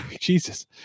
jesus